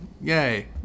yay